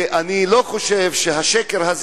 אני לא חושב שהשקר הזה,